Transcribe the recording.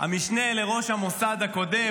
המשנה לראש המוסד הקודם,